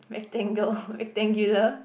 rectangle rectangular